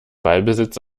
ballbesitz